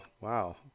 wow